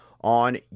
on